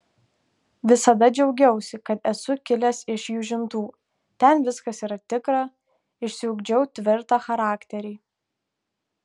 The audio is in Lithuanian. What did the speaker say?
visada džiaugiausi kad esu kilęs iš jūžintų ten viskas yra tikra išsiugdžiau tvirtą charakterį